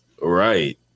Right